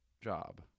job